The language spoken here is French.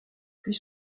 puis